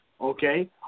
okay